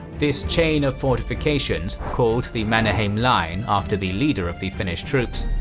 this chain of fortifications, called the mannerheim line after the leader of the finnish troops,